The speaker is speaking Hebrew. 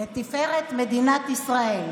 לתפארת מדינת ישראל.